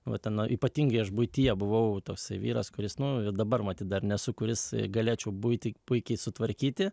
va ten ypatingi aš buityje buvau tasai vyras kuris nu ir dabar matyt dar nesu kuris galėčiau buitį puikiai sutvarkyti